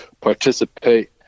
participate